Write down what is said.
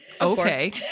Okay